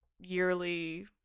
yearly